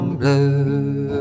blue